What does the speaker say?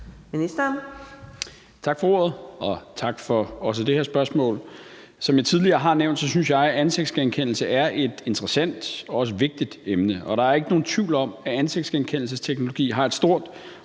Tak for ordet, og tak for også det her spørgsmål. Som jeg tidligere har nævnt, synes jeg, at ansigtsgenkendelse er et interessant og også vigtigt emne, og der er ikke nogen tvivl om, at ansigtsgenkendelsesteknologi har et stort